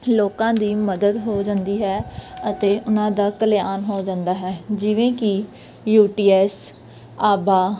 ਲੋਕਾਂ ਦੀ ਮਦਦ ਹੋ ਜਾਂਦੀ ਹੈ ਅਤੇ ਉਹਨਾਂ ਦਾ ਕਲਿਆਣ ਹੋ ਜਾਂਦਾ ਹੈ ਜਿਵੇਂ ਕਿ ਯੂ ਟੀ ਐਸ ਆਬਾ